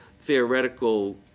theoretical